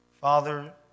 Father